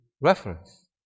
reference